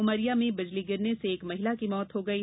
उमरिया में बिजली गिरने से एक महिला की मौत हो गयी